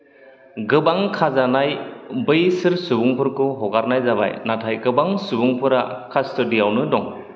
गोबां खाजानाय बैसोर सुबुंफोरखौ हगारनाय जाबाय नाथाय गोबां सुबुंफोरा कास्ट'दियावनो दं